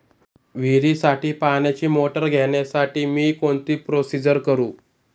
विहिरीसाठी पाण्याची मोटर घेण्यासाठी मी कोणती प्रोसिजर करु?